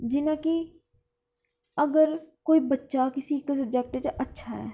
जियां की अगर कोई बच्चा कुसै सब्जेक्ट च अच्छा ऐ ते